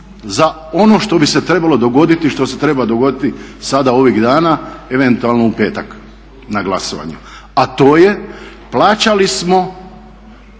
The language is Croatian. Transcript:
za ono što bi se trebalo dogoditi i što se treba dogoditi sada ovih dana, eventualno u petak na glasovanju, a to je plaćali smo